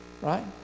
Right